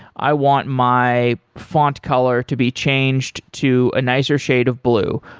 i want my font color to be changed to a nicer shade of blue.